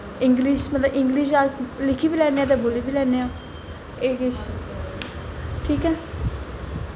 English मतलब English अस लिखी बी लैन्ने आं ते बोल्ली बी लैन्ने आं एह् किश ठीक ऐ